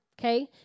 Okay